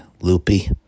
loopy